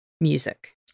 music